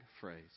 phrase